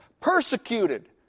persecuted